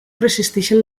resisteixen